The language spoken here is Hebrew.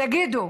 תגידו,